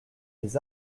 des